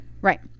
Right